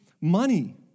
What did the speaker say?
money